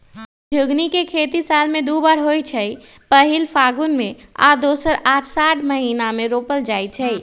झिगुनी के खेती साल में दू बेर होइ छइ पहिल फगुन में आऽ दोसर असाढ़ महिना मे रोपल जाइ छइ